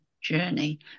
journey